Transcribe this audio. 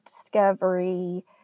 discovery